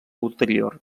ulterior